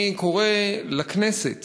אני קורא לכנסת